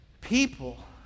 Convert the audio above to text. People